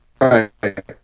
right